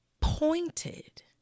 pointed